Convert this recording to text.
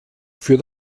für